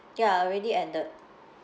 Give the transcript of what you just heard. ya already ended